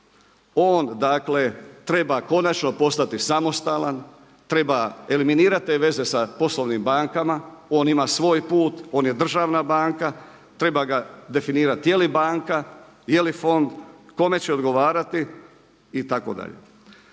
on dakle treba konačno postati samostalan, treba eliminirati te veze sa poslovnim bankama, on ima svoj put, on je državna banka, treba ga definirati je li banka, je li fond, kome će odgovarati itd..